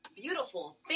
beautiful